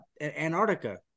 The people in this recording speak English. Antarctica